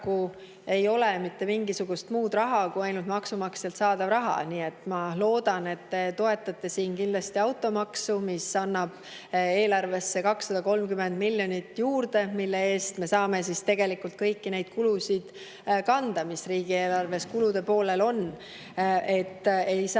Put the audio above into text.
ei ole mitte mingisugust muud raha, kui ainult maksumaksjalt saadav raha. Nii et ma loodan, et te toetate siin kindlasti automaksu, mis annab eelarvesse juurde 230 miljonit eurot, millega me saame kanda kõiki neid kulusid, mis riigieelarves kulude poolel on. Ei saa